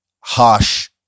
harsh